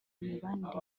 mibanire